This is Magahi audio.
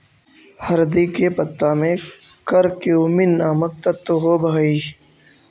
हरदी के पत्ता में करक्यूमिन नामक तत्व होब हई